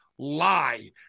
lie